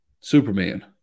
Superman